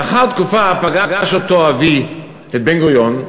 לאחר תקופה פגש אותו אבי, את בן-גוריון,